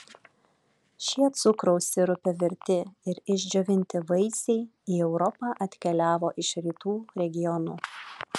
šie cukraus sirupe virti ir išdžiovinti vaisiai į europą atkeliavo iš rytų regionų